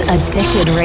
Addicted